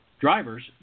drivers